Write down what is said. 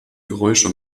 geräusche